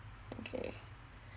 okay